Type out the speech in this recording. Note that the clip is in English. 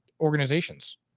organizations